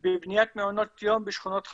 זה בניית מעונות יום בשכונות חדשות.